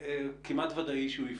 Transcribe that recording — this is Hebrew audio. וכמעט ודאי שהוא יפרוץ.